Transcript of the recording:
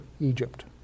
Egypt